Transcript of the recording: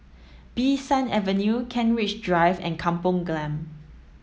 Bee San Avenue Kent Ridge Drive and Kampong Glam